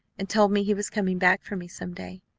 and told me he was coming back for me some day.